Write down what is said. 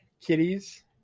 kitties